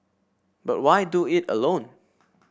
but why do it alone